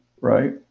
right